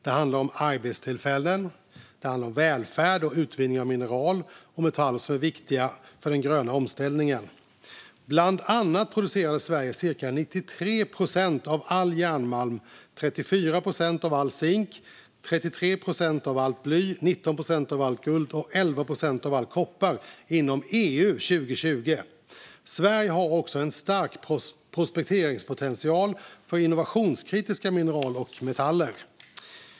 Det handlar om arbetstillfällen, välfärd och utvinning av mineral och metaller som är viktiga för den gröna omställningen. Bland annat producerade Sverige cirka 93 procent av all järnmalm, 34 procent av all zink, 33 procent av allt bly, 19 procent av allt guld och 11 procent av all koppar inom EU 2020. Sverige har också en stark prospekteringspotential för innovationskritiska mineral och metaller.